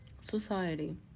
Society